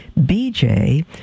BJ